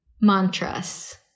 Mantras